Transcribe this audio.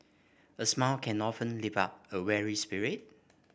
a smile can often lift up a weary spirit